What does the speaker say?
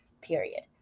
period